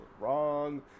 wrong